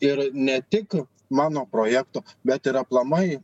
ir ne tik mano projekto bet ir aplamai